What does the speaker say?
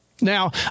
Now